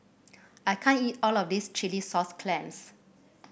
I can't eat all of this Chilli Sauce Clams